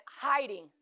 hiding